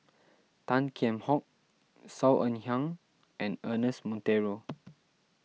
Tan Kheam Hock Saw Ean Ang and Ernest Monteiro